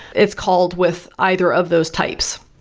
it's called with either of those types.